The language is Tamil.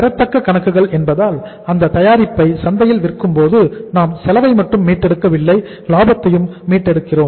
பெறத்தக்க கணக்குகள் என்பதால் அந்த தயாரிப்பை சந்தையில் விற்கும் போது நாம் செலவை மட்டும் மீட்டெடுக்கவில்லை லாபத்தையும் மீட்டெடுக்கிறோம்